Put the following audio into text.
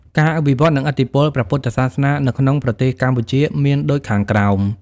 ការវិវឌ្ឍន៍ និងឥទ្ធិពលព្រះពុទ្ធសាសនានៅក្នុងប្រទេសកម្ពុជាមានដូចខាងក្រោម។